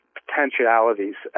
potentialities